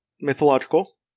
mythological